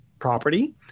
property